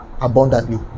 abundantly